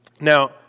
Now